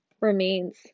remains